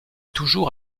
toujours